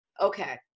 okay